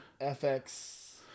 FX